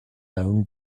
own